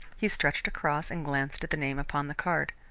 he stretched across and glanced at the name upon the card.